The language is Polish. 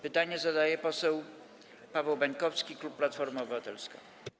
Pytanie zadaje poseł Paweł Bańkowski, klub Platforma Obywatelska.